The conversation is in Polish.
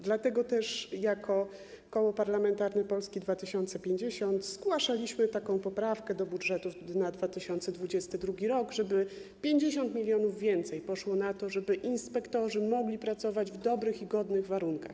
Dlatego też jako Koło Parlamentarne Polska 2050 zgłaszaliśmy taką poprawkę do budżetu na 2022 r., żeby 50 mln zł więcej poszło na to, żeby inspektorzy mogli pracować w dobrych i godnych warunkach.